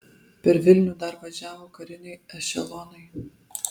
per vilnių dar važiavo kariniai ešelonai